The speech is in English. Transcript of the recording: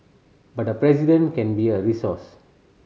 but the President can be a resource